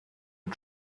and